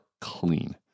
clean